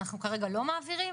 אנחנו כרגע לא מעבירים?